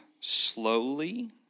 slowly